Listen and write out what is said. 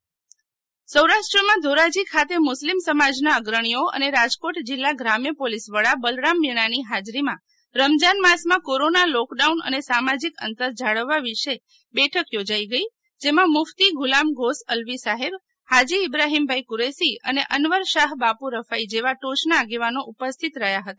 શિતલ વૈશ્નવ ધોરાજી રમજાન સૌરાષ્ટ્ર માં ધોરાજી ખાતે મુસ્લિમ સમાજ ના અગ્રણીઓ અને રાજકોટ જિલ્લા ગ્રામ્ય પોલીસ વડા બલરામ મીણા ની હાજરી માં રમઝાન માસ માં કોરોના લોકડાઉન અને સામાજિક અંતર જાળવવા વિષે બેઠક યોજાઇ ગઈ જેમાં મુફ્તી ગુલામ ગોસ અલ્વી સાહેબ હાજી ઇબ્રાહીમભાઇ કુરેશી અને અનવર શાહ બાપુ રફાઈ જેવા ટોચ ના આગેવાનો ઉપસ્થિત રહ્યા હતા